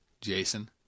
Jason